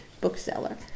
bookseller